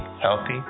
healthy